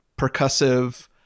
percussive